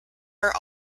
are